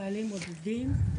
אני